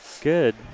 Good